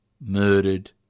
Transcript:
murdered